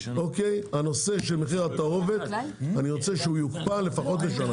אני רוצה שהנושא של מחיר התערובת יוקפא לפחות לשנה.